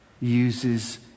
uses